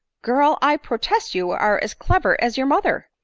girl a i protest you are as clever as your mother!